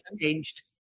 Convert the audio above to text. changed